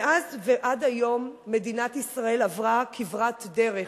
מאז ועד היום מדינת ישראל עברה כברת דרך